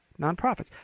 nonprofits